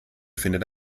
findet